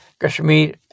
Kashmir